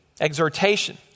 exhortation